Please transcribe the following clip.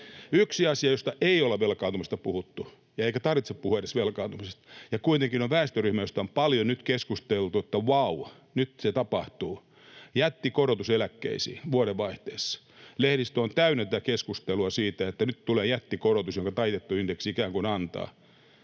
Yksi asia, josta ei olla velkaantumisen suhteen puhuttu, eikä edes tarvitse puhua velkaantumisesta, on kuitenkin väestöryhmä, josta on paljon nyt keskusteltu, että vau, nyt se tapahtuu, jättikorotus eläkkeisiin vuodenvaihteessa. Lehdistö on täynnä tätä keskustelua, että nyt tulee jättikorotus, jonka taitettu indeksi ikään kuin antaa.